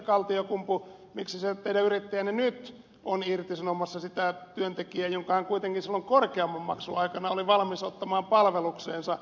kaltiokumpu miksi se teidän yrittäjänne nyt on irtisanomassa sitä työntekijää jonka hän kuitenkin silloin korkeamman maksun aikana oli valmis ottamaan palvelukseensa